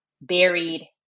buried